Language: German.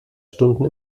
stunden